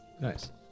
Nice